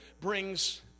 brings